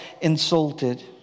insulted